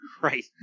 right